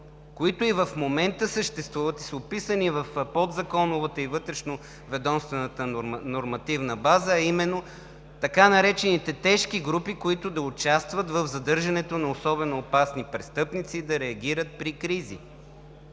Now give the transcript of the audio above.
които и в момента съществуват, и са описани в подзаконовата и вътрешноведомствената нормативна база, а именно така наречените тежки групи, които да участват в задържането на особено опасни престъпници и да реагират при кризи.